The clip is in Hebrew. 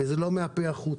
וזה לא מן הפה והחוצה.